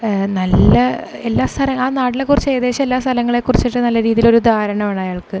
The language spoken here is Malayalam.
നല്ല എല്ലാ സ്ഥല ആ നാട്ടിലെ കുറിച്ച് ഏകദേശം എല്ലാ സ്ഥലങ്ങളെ കുറിച്ചിട്ട് നല്ല രീതിയിൽ ഒരു ധാരണ വേണം അയാൾക്ക്